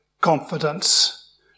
confidence